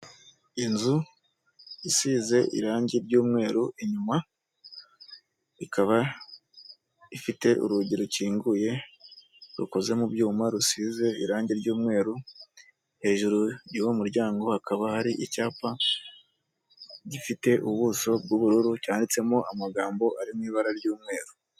Inzu isize irangi ry'umweru inyuma, ikaba ifite urugi rukinguye rukoze mu byuma rusize irangi ry'umweru, hejuru y'uwo muryango hakaba hari icyapa gifite ubuso bw'ubururu, cyanditsemo amagambo ari mu ibara ry'umweru.